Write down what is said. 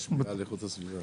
אופוזיציה וקואליציה,